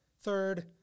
Third